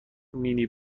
مینی